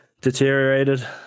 deteriorated